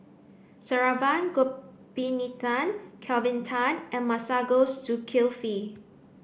Saravanan Gopinathan Kelvin Tan and Masagos Zulkifli